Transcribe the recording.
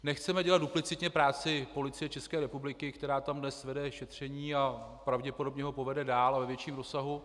Nechceme dělat duplicitně práci Policie České republiky, která tam dnes vede šetření a pravděpodobně ho povede dál a ve větším rozsahu.